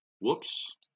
Whoops